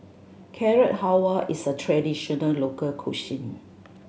Carrot Halwa is a traditional local cuisine